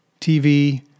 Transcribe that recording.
TV